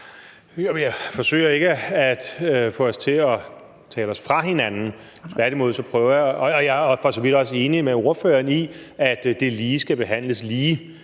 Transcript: jeg forsøger ikke at få os til at tale os fra hinanden, og jeg er for så vidt også enig med ordføreren i, at det lige skal behandles lige.